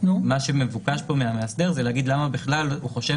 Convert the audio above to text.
מה שמבוקש מהמאסדר זה להגיד בכלל הוא חושב